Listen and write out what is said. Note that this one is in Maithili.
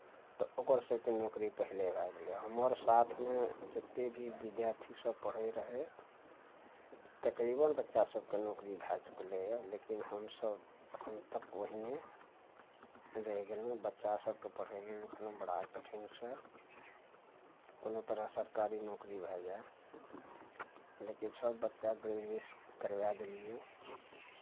तऽ ओकर सबके नौकरी पहिले भए गेलै हमर साथ मे जते भी बिद्यार्थी सब पढ़ै रहै तकरीबन बच्चा सबके नौकरी भए चुकलैए लेकिन हमसब अखन तक ओहिने रहि गेलौ बच्चा सबके पढ़ेलो लिखलौ बड़ा कठिनसँ कोनो तरह सरकारी नौकरी भए जाए लेकिन सब बच्चा ग्रेजुएट करबाए देलियै